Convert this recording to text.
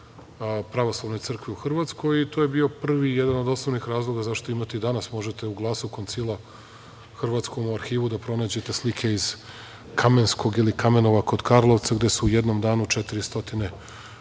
Pravoslavnoj crkvi u Hrvatskoj i to je bio prvi i jedan od osnovnih razloga zašto imati danas, možete u Glasu Koncila, hrvatskom u arhivu da pronađete slike iz kamenskog ili Kamenova kod Karlovca, gde se u jednom danu 420